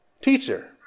Teacher